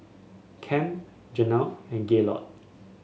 Kem Janell and Gaylord